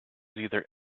either